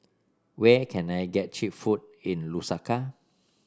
where can I get cheap food in Lusaka